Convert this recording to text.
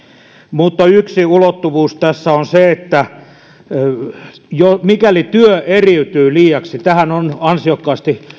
mutta yksi ulottuvuus tässä on se että mikäli työ eriytyy liiaksi tähän on ansiokkaasti